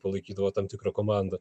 palaikydavo tam tikrą komandą